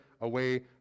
away